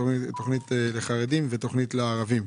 תוכנית לחרדים ותוכנית לערבים.